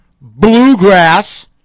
bluegrass